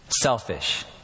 selfish